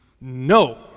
No